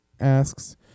asks